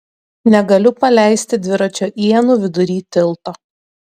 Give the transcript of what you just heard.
negaliu paleisti dviračio ienų vidury tilto